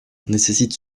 nécessite